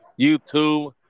YouTube